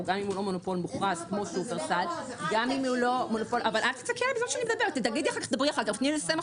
גם אם הוא לא מוכרז כמו שופרסל- -- אבל את אומרת דברים לא נכונים.